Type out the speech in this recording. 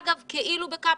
אגב, כאילו בקפסולה,